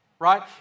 right